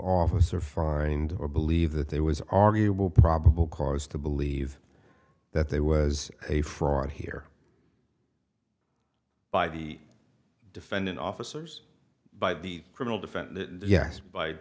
officer farin do or believe that there was arguable probable cause to believe that there was a fraud here by the defendant officers by the criminal defendant yes by